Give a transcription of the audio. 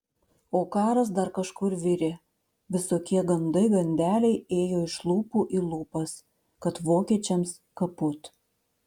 o karas dar kažkur virė visokie gandai gandeliai ėjo iš lūpų į lūpas kad vokiečiams kaput